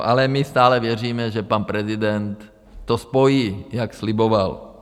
Ale my stále věříme, že pan prezident to spojí, jak sliboval.